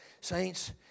Saints